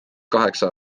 kaheksa